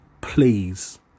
please